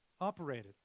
operated